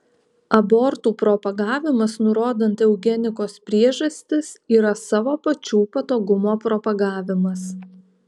abortų propagavimas nurodant eugenikos priežastis yra savo pačių patogumo propagavimas